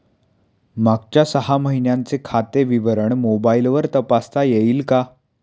मागच्या सहा महिन्यांचे खाते विवरण मोबाइलवर तपासता येईल का?